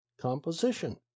composition